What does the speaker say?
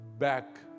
back